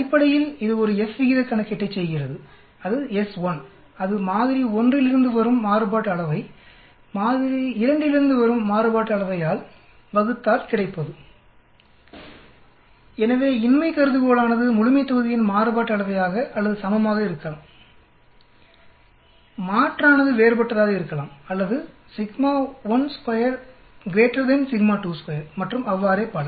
அடிப்படையில் இது ஒரு F விகிதக் கணக்கீட்டைச் செய்கிறதுஅது s1 அது மாதிரி 1 இலிருந்து வரும் மாறுபாட்டு அளவை மாதிரி 2 இலிருந்து வரும் மாறுபாட்டு அளவையால் வகுத்தால் கிடைப்பது எனவே இன்மை கருதுகோளானது முழுமைத்தொகுதியின் மாறுபாட்டு அளவையாக அல்லது சமமாக இருக்கும் மாற்றானது வேறுபட்டதாக இருக்கலாம் அல்லது மற்றும் அவ்வாறே பல